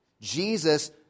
Jesus